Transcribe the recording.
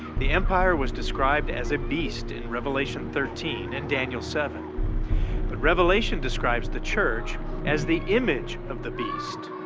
the empire was described as a beast in revelation thirteen and daniel seven. but revelation describes the church as the image of the beast